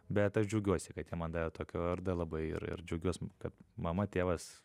bet aš džiaugiuosi kad jie man davė tokį vardą labai ir džiaugiuos kad mama tėvas